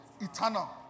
Eternal